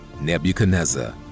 Nebuchadnezzar